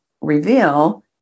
reveal